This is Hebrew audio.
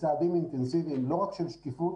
בצעדים אינטנסיביים, לא רק של שקיפות